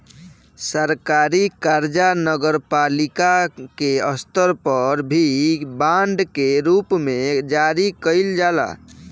सरकारी कर्जा नगरपालिका के स्तर पर भी बांड के रूप में जारी कईल जाला